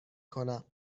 کنم